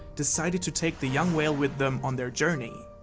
decided to take the young whale with them on their journey.